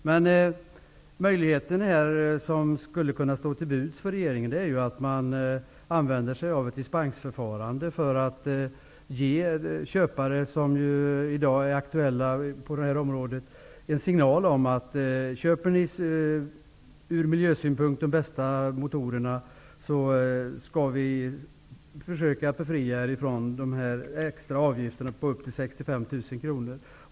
Den möjlighet som står till buds för regeringen är att använda sig av ett dispensförfarande för att ge köparna en signal om att om de köper de från miljösynpunkt bästa motorerna, kan de bli befriade från den extra avgiften som kan uppgå till 65 000 kr.